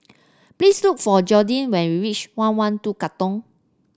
please look for Jordi when you reach one one two Katong